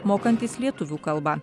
mokantys lietuvių kalbą